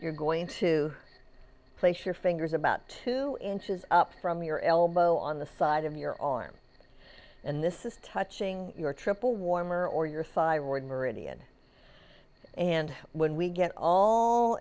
you're going to place your fingers about two inches up from your elbow on the side of your arm and this is touching your triple warmer or your thyroid meridian and when we get all